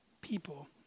people